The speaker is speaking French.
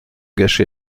gâché